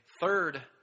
third